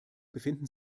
befinden